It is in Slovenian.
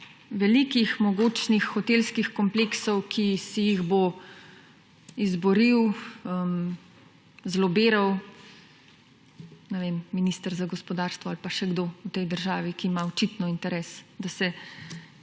velikih mogočnih hotelskih kompleksov, ki si jih bo izboril, zlobiral, ne vem, minister za gospodarstvo ali pa še kdo v tej državi, ki ima očitno interes, da se